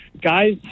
guys